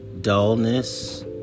dullness